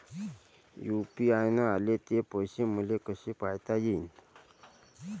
UPI न आले ते पैसे मले कसे पायता येईन?